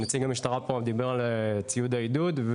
נציג המשטרה פה דיבר על ציוד העידוד.